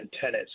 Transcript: tennis